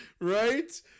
Right